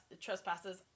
trespasses